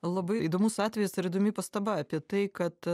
labai įdomus atvejis ir įdomi pastaba apie tai kad